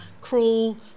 cruel